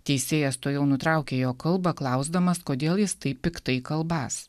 teisėjas tuojau nutraukė jo kalbą klausdamas kodėl jis taip piktai kalbąs